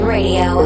Radio